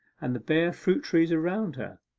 and the bare fruit-trees around her.